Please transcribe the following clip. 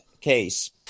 case